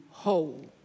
whole